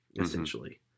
essentially